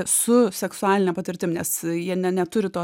su seksualine patirtim nes jie neturi to